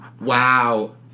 Wow